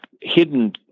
hidden